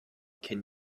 can